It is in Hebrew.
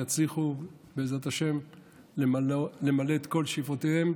שיצליחו בעזרת השם למלא את כל שאיפותיהם,